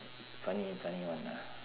funny funny one lah